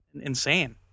insane